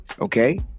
Okay